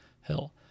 hill